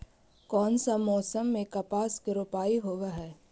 कोन सा मोसम मे कपास के रोपाई होबहय?